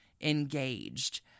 engaged